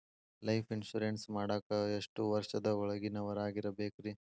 Life insurance ಮಾಡಾಕ ಎಷ್ಟು ವರ್ಷದ ಒಳಗಿನವರಾಗಿರಬೇಕ್ರಿ?